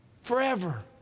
Forever